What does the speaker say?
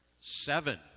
Seven